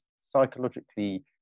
psychologically